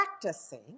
practicing